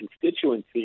constituency